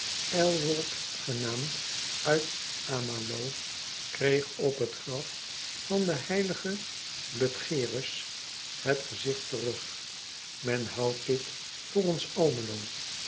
ilwold genaamd uit maloh kreeg op het graf van den udgerus het gezigt terug en houdt dit voor ons lmelo